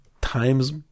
times